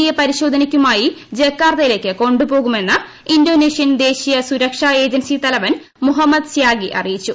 A പരിശോധനയ്ക്കുമായി ജക്കാർത്തയിലേക്കു കൊണ്ടുപോകുമെന്ന് ഇന്തോനേഷ്യൻ ദേശീയ സുരക്ഷാ ഏജൻസി തലവൻ മുഹമ്മദ് സ്യനഗി അറിയിച്ചു